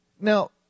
Now